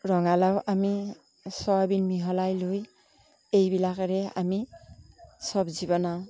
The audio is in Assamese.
ৰঙালাও আমি ছয়াবিন মিহলাই লৈ এইবিলাকেৰে আমি চব্জি বনাওঁ